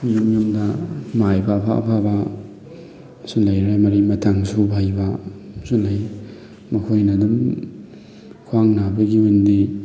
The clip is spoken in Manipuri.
ꯌꯨꯝ ꯌꯨꯝꯗ ꯃꯥꯏꯕ ꯑꯐ ꯑꯐꯕ ꯁꯨ ꯂꯩꯔꯦ ꯃꯔꯤ ꯃꯇꯥꯡ ꯁꯨꯕ ꯍꯩꯕꯁꯨ ꯂꯩ ꯃꯈꯣꯏꯅ ꯑꯗꯨꯝ ꯈ꯭ꯋꯥꯡ ꯅꯥꯕꯒꯤ ꯑꯣꯏꯅꯗꯤ